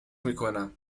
میکنم